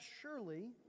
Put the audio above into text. surely